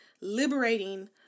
liberating